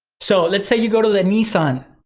so let's say you go to the nissan